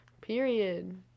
Period